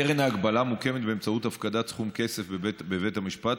קרן ההגבלה מוקמת באמצעות הפקדת סכום כסף בבית המשפט,